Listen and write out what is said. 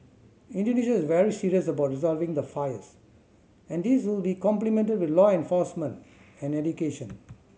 Indonesia is very serious about resolving the fires and this will be complemented with law enforcement and education